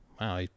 Wow